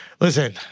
Listen